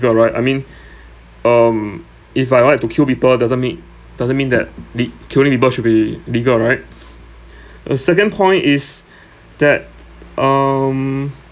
you are right I mean um if I like to kill people doesn't meet doesn't mean that lead killing people should be legal right uh second point is that um